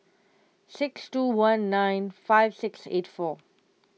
six two one nine five six eight four